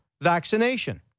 vaccination